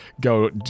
go